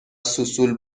سوسول